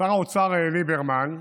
שר האוצר ליברמן בלחץ,